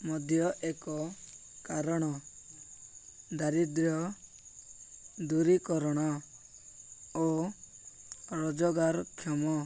ମଧ୍ୟ ଏକ କାରଣ ଦାରିଦ୍ର୍ୟ ଦୂରୀକରଣ ଓ ରୋଜଗାରକ୍ଷମ